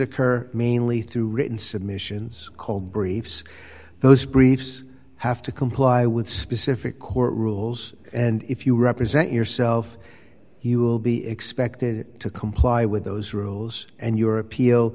occur mainly through written submissions called briefs those briefs have to comply with specific court rules and if you represent yourself you will be expected to comply with those rules and your appeal